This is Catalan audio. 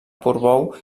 portbou